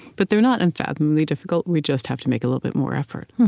but they're not unfathomably difficult, we just have to make a little bit more effort